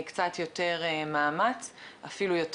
זהו,